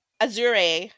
Azure